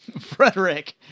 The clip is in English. Frederick